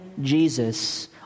Jesus